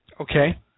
Okay